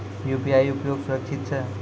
UPI उपयोग सुरक्षित छै?